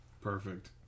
Perfect